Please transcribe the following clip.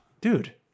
Dude